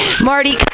marty